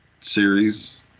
series